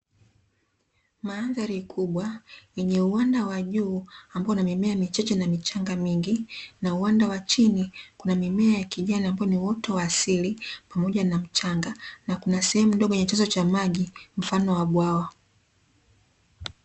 Mandhari kubwa yenye uwanda wa juu ambao una mimea michache na michanga mingi, na uwanda wa chini kuna mimea ya kijani ambao ni uoto wa asili pamoja na mchanga na kuna sehemu ndogo yenye chanzo cha maji mfano wa bwawa.